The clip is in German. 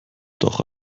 doch